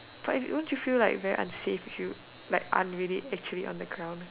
but it won't you feel like very unsafe if you like aren't really actually on the ground